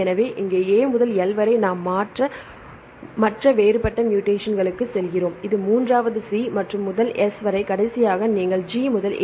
எனவே இங்கே A முதல் L வரை நாம் மற்ற வேறுபட்ட மூடேஷன்களுக்குச் செல்கிறோம் இது மூன்றாவதுC முதல் S வரை மற்றும் கடைசியாக நீங்கள் G முதல் A